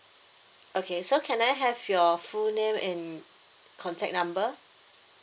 okay so can I have your full name and contact number